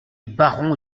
baron